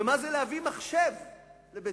ואיך זה להביא מחשב לבית-הספר.